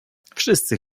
wszyscy